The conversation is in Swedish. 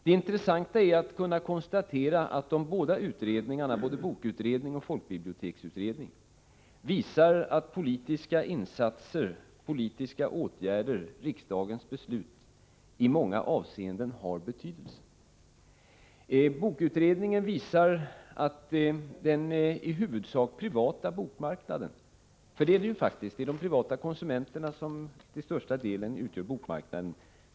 Det intressanta är att kunna konstatera att de båda utredningarna, bokutredningen och folkbiblioteksutredningen, visar att politiska åtgärder, riksdagens beslut, i många avseenden har betydelse. Bokutredningen visar att det faktiskt i huvudsak är de privata konsumenterna som utgör bokmarknaden.